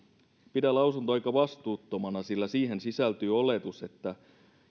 pidän lausuntoa aika vastuuttomana sillä siihen sisältyy oletus että